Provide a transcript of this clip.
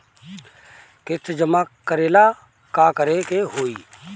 किस्त जमा करे ला का करे के होई?